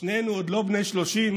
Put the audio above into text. שנינו עוד לא בני 30,